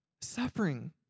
Suffering